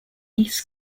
east